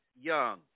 young